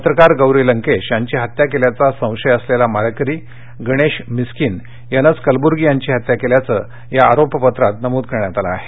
पत्रकार गौरी लंकेश यांची हत्या केल्याचा संशय असलेला मारेकरी गणेश मिस्कीन यानंच कलब्र्गी यांची हत्या केल्याचं या आरोपपत्रात नमूद करण्यात आलं आहे